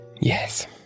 Yes